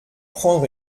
prendre